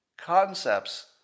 Concepts